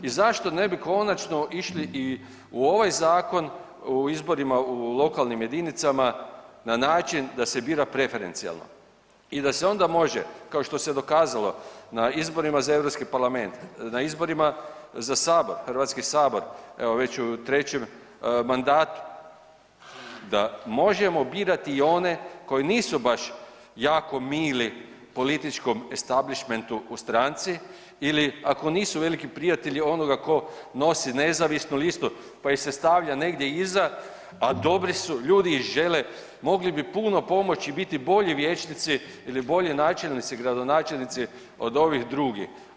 I zašto ne bi konačno išli i u ovaj zakon u izborima u lokalnim jedinicama na način da se bira preferencijalno i da se onda može, kao što se dokazalo na izborima za Europski parlament, na izborima za sabor, HS, evo već u trećem mandatu, da možemo birati i one koji nisu baš jako mili političkom establišmentu u stranci ili ako nisu veliki prijatelji onoga ko nosi nezavisnu listu, pa ih se stavlja negdje iza, a dobri su ljudi i žele, mogli bi puno pomoći i biti bolji vijećnici ili bolji načelnici i gradonačelnici od ovih drugih?